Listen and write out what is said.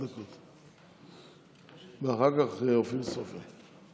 ואחר כך אופיר סופר.